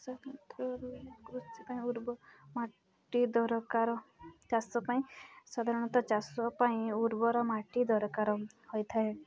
ଉର୍ବର ମାଟି ଦରକାର ଚାଷ ପାଇଁ ସାଧାରଣତଃ ଚାଷ ପାଇଁ ଉର୍ବର ମାଟି ଦରକାର ହୋଇଥାଏ